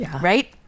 right